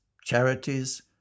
charities